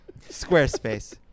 Squarespace